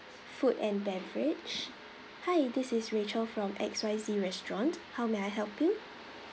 food and beverage hi this is rachel from X Y Z restaurant how may I help you